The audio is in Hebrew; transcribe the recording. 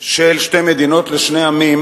של שתי מדינות לשני עמים,